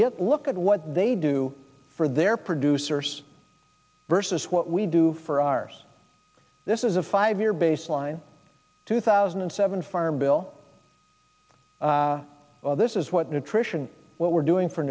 you look at what they do for their producers versus what we do for ours this is a five year baseline two thousand and seven farm bill this is what nutrition what we're doing for